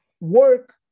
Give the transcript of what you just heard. work